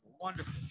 Wonderful